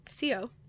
CO